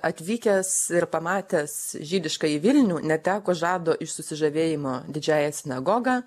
atvykęs ir pamatęs žydiškąjį vilnių neteko žado iš susižavėjimo didžiąja sinagoga